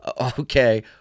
Okay